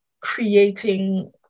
creating